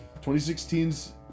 2016's